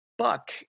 Buck